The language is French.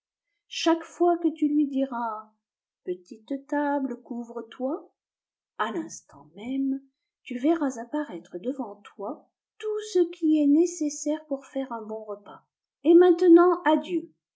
chaque fois que tu lui diras petite table couvre-toi à l'instant même tu verras apparaître devant toi tout ce ui est nécessaire pour faire un bon repas et maintenant adieu